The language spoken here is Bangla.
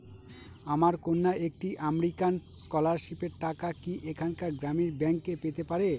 আমার কন্যা একটি আমেরিকান স্কলারশিপের টাকা কি এখানকার গ্রামীণ ব্যাংকে পেতে পারে?